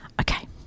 okay